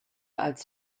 als